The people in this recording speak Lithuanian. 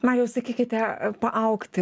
marijau sakykite paaugti